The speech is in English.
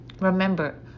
remember